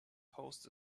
post